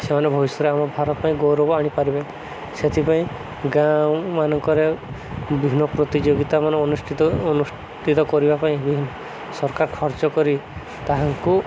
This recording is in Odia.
ସେମାନେ ଭବିଷ୍ୟରେ ଆମ ଭାରତ ପାଇଁ ଗୌରବ ଆଣିପାରିବେ ସେଥିପାଇଁ ଗାଁମାନଙ୍କରେ ବିଭିନ୍ନ ପ୍ରତିଯୋଗିତା ମାନ ଅନୁଷ୍ଠିତ ଅନୁଷ୍ଠିତ କରିବା ପାଇଁ ବି ସରକାର ଖର୍ଚ୍ଚ କରି ତାହାଙ୍କୁ